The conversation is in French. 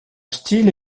style